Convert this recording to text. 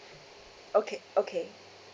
okay okay